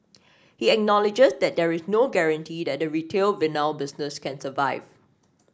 he acknowledges that there is no guarantee that the retail vinyl business can survive